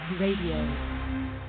RADIO